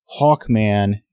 Hawkman